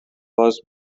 was